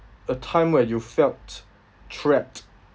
a time where you felt trapped